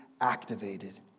activated